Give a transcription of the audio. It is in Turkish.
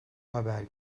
haber